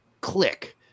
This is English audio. click